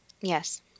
Yes